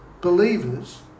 believers